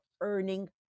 earning